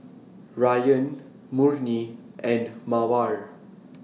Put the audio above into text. Rayyan Murni and Mawar